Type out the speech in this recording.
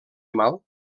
mal